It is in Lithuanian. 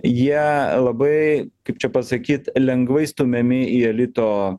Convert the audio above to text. jie labai kaip čia pasakyt lengvai stumiami į elito